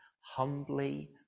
humbly